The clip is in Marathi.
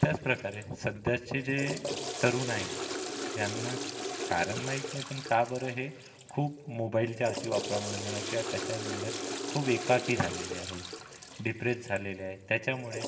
त्याचप्रकारे सध्याचे जे तरुण आहे ह्यांना कारण माहीत नाही पण का बरं हे खूप मोबाइलच्या अतिवापरामुळे म्हणा किंवा कशामुळे खूप एकाकी झालेले आहे डिप्रेस झालेले आहे त्याच्यामुळे